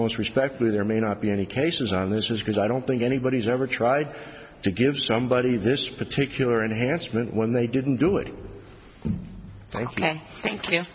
most respectfully there may not be any cases on this is because i don't think anybody's ever tried to give somebody this particular enhancement when they didn't do it thank you thank you